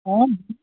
हाँ